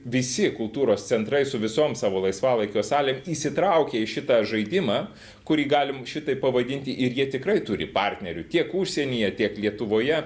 visi kultūros centrai su visom savo laisvalaikio salėm įsitraukė į šitą žaidimą kurį galim šitaip pavadinti ir jie tikrai turi partnerių tiek užsienyje tiek lietuvoje